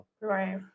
Right